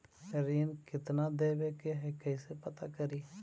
ऋण कितना देवे के है कैसे पता करी?